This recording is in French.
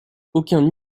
aucun